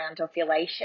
ovulation